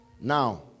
now